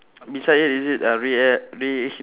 beside it is it a rea~ uh rea~